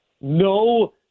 no